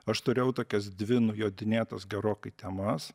aš turėjau tokias dvi nujodinėtas gerokai temas